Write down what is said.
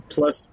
Plus